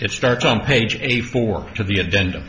it starts on page eighty four to the agenda